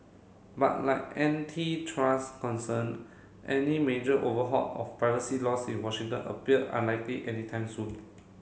but like antitrust concern any major overhaul of privacy laws in Washington appeared unlikely anytime soon